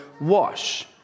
wash